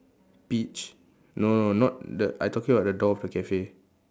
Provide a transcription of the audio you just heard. peach no no not the I talking about the door of the cafe